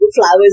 flowers